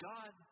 God